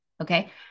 Okay